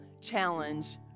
challenge